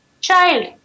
child